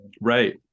right